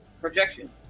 Projection